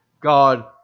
God